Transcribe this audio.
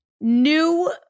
new